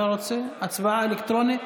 להצבעה אלקטרונית.